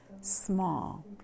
small